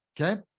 Okay